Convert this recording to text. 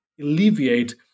alleviate